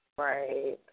Right